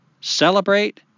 Celebrate